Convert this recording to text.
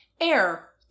air